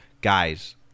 guys